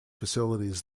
facilities